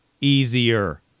easier